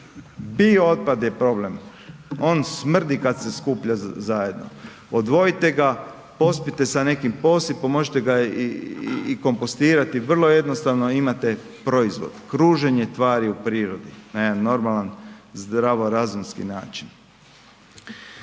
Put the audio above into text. biootpad je problem, on smrdi kad se skuplja zajedno, odvojite ga, pospite sa nekim posipom, možete ga i kompostirati vrlo jednostavno i imate proizvod, kruženje tvari u prirodi na jedan normalan zdravorazumski način.